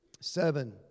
seven